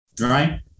right